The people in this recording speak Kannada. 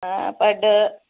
ಹಾಂ ಪಡ್ಡು